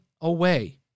away